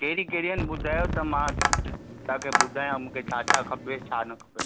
कहिड़ी कहिड़ी आहिनि ॿुधायो त मां तव्हांखे ॿुधायां मूंखे छा छा खपे छा न खपे